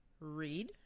read